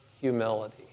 humility